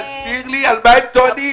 תסביר לי כמה זה עולה?